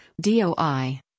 DOI